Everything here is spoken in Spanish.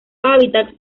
hábitat